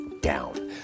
down